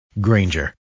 Granger